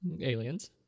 Aliens